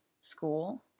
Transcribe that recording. school